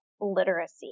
literacy